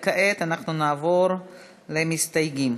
כעת נעבור למסתייגים.